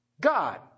God